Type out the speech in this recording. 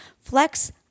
Flex